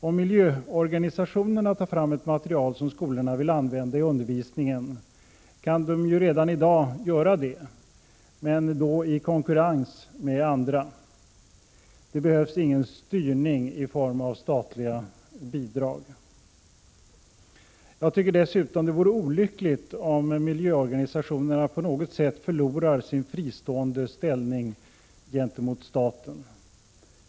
Om miljöorganisationerna tar fram ett material som skolorna vill använda i undervisningen kan de redan i dag göra det, men då i konkurrens med andra. Det behövs ingen styrning i form av statliga bidrag. Det vore dessutom olyckligt om miljöorganisationerna på något sätt förlorar sin fristående ställning gentemot staten.